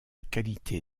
qualité